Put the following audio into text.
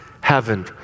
heaven